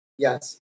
Yes